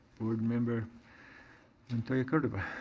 board member montoya-cordova.